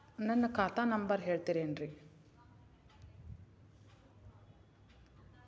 ನನ್ನ ಖಾತಾ ನಂಬರ್ ಹೇಳ್ತಿರೇನ್ರಿ?